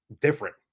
different